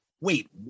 wait